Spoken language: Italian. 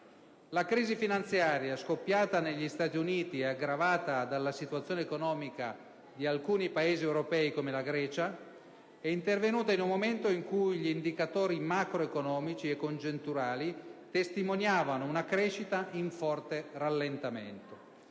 La crisi finanziaria, scoppiata negli Stati Uniti e aggravata dalla situazione economica di alcuni Paesi europei, come la Grecia, è intervenuta in un momento in cui gli indicatori macroeconomici e congiunturali testimoniavano una crescita in forte rallentamento.